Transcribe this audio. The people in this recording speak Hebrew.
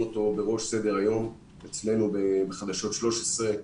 אותו בראש סדר היום אצלנו בחדשות 13,